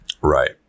Right